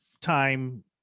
time